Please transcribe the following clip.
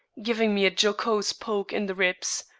giving me a jocose poke in the ribs.